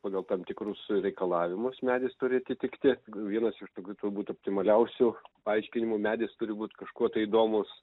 pagal tam tikrus reikalavimus medis turi atitikti vienas ir tokių turbūt optimaliausių aiškinimų medis turi būt kažkuo tai įdomus